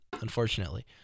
unfortunately